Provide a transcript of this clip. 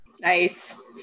Nice